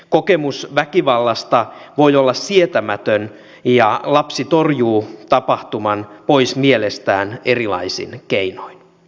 kokemus väkivallasta voi olla sietämätön ja lapsi torjuu tapahtuman pois mielestään erilaisin keinoin